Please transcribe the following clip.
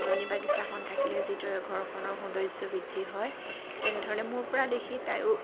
ফুলনি বাগিছাখন থাকিলে যিদৰে ঘৰখনৰ সৌন্দৰ্য্য বৃদ্ধি হয় তেনেধৰণে মোৰ পৰা দেখি তাইয়ো